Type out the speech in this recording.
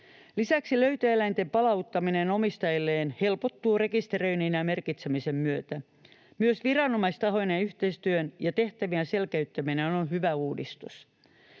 Lisäksi löytöeläinten palauttaminen omistajilleen helpottuu rekisteröinnin ja merkitsemisen myötä. Myös viranomaistahojen yhteistyön ja tehtävien selkeyttäminen on hyvä uudistus.